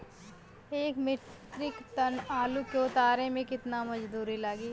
एक metric ton आलू के उतारे मे कितना मजदूर लागि?